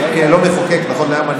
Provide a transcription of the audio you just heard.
אני לא מחוקק נכון להיום,